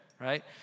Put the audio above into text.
right